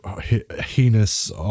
heinous